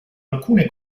alcune